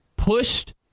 Pushed